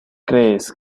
crees